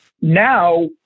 now